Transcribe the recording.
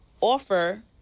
offer